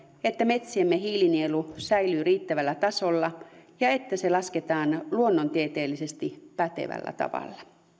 että metsiemme hiilinielu säilyy riittävällä tasolla ja että se lasketaan luonnontieteellisesti pätevällä tavalla